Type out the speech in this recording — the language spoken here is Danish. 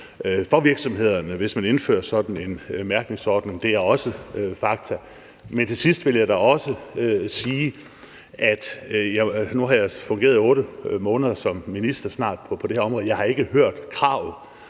for virksomhederne, hvis man indfører sådan en mærkningsordning, og det er også fakta. Men til sidst vil jeg da også sige, at jeg nu snart har fungeret i 8 måneder som minister på det her område, og jeg har ikke hørt, at